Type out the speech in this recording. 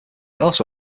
also